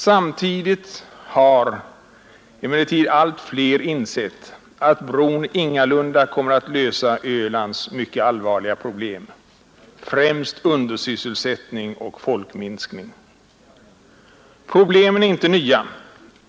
Samtidigt har emellertid allt fler insett att bron ingalunda kommer att lösa Ölands mycket allvarliga problem, främst undersysselsättning och folkminskning. Problemen är inte nya.